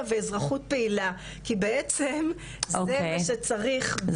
ואזרחות פעילה" כי בעצם זה מה שצריך --- אוקיי,